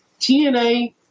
TNA